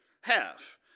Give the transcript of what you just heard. half